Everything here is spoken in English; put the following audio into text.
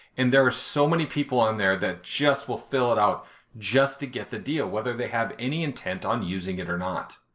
and there are so many people on there that just will fill it out just to get the deal, whether they have any intent on using it or not.